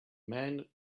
men